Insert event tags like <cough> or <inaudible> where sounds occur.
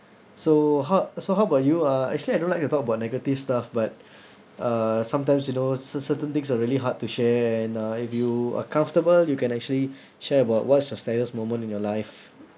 so how so how about you uh actually I don't like to talk about negative stuff but <breath> uh sometimes you know ce~ certain things are really hard to share and uh if you are comfortable you can actually <breath> share about what is your saddest moment in your life